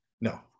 No